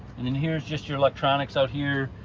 and then here's just your electronics out here,